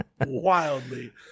Wildly